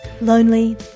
Lonely